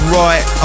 right